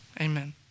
Amen